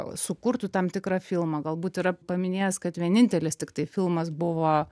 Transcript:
sukurtų tam tikrą filmą galbūt yra paminėjęs kad vienintelis tiktai filmas buvo